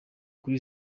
kuri